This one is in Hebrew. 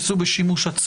מכיוון שיהיה עוד דיון,